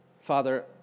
Father